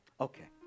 Okay